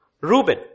Reuben